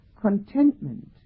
contentment